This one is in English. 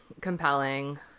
compelling